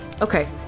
Okay